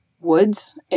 woods